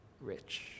rich